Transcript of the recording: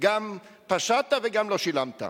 שגם פשעת וגם לא שילמת.